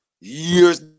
Years